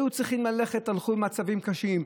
כשהיו צריכים ללכת הלכו במצבים קשים,